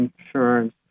insurance